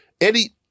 Eddie